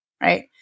Right